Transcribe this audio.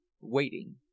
waiting